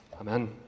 Amen